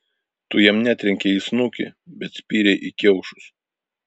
tu jam netrenkei į snukį bet spyrei į kiaušus